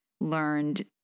learned